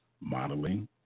modeling